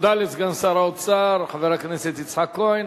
תודה לסגן שר האוצר חבר הכנסת יצחק כהן.